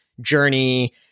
journey